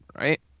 right